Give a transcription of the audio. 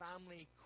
family